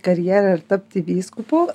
karjerą ir tapti vyskupu